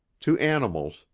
to animals,